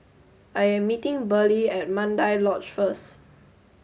I am meeting Burley at Mandai Lodge first